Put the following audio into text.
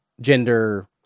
gender